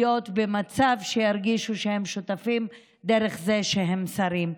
במצב שירגישו שהם שותפים דרך זה שהם שרים.